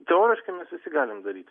teoriškai mes visi galim daryti